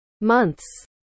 months